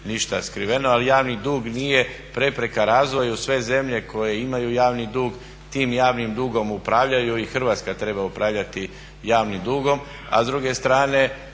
ali javni dug nije prepreka razvoju, sve zemlje koje imaju javni dug tim javnim dugom upravljaju i Hrvatska treba upravljati javnim dugom.